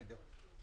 תקריא.